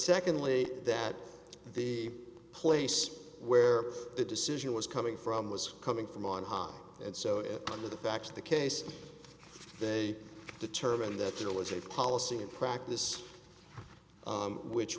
secondly that the place where the decision was coming from was coming from on high and so it on the back of the case they determined that there was a policy in practice which